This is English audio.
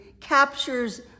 captures